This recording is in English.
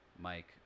Mike